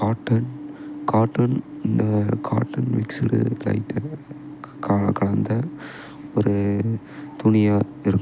cotton cotton இந்த cotton mixed க கலந்த ஒரு துணியாக இருக்கணும்